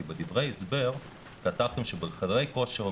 כי בדברי ההסבר כתבתם שבחדרי כושר או